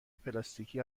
پلاستیکی